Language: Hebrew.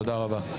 תודה רבה.